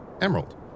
Emerald